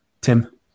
Tim